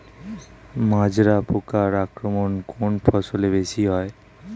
মাজরা পোকার আক্রমণ কোন ফসলে বেশি হয়?